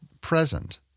present